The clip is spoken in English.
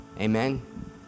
Amen